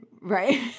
right